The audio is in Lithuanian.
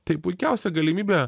tai puikiausia galimybė